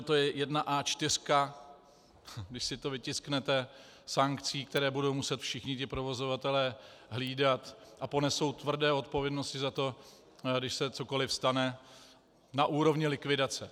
To je jedna A4, když si to vytisknete, sankcí, které budou muset všichni ti provozovatelé hlídat, a ponesou tvrdé odpovědnosti za to, když se cokoliv stane, na úrovni likvidace.